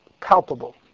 palpable